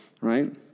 right